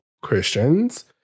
Christians